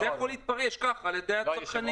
זה יכול להתפרש כך על ידי הצרכנים.